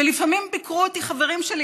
לפעמים ביקרו אותי חברים שלי,